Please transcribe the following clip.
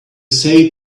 say